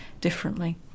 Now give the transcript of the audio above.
differently